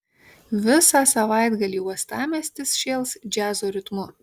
visą savaitgalį uostamiestis šėls džiazo ritmu